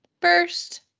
First